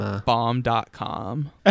bomb.com